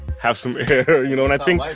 have some air, you know? and i think. like